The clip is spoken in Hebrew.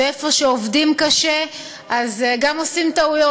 ואיפה שעובדים קשה גם עושים טעויות.